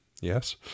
Yes